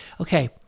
Okay